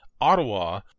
Ottawa